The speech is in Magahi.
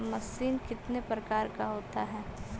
मशीन कितने प्रकार का होता है?